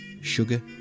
Sugar